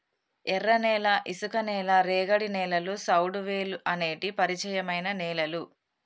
ఎర్రనేల, ఇసుక నేల, రేగడి నేలలు, సౌడువేలుఅనేటి పరిచయమైన నేలలు